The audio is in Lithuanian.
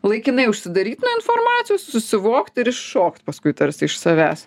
laikinai užsidaryt nuo informacijos susivokt ir iššokt paskui tarsi iš savęs